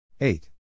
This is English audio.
eight